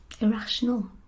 irrational